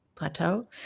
plateau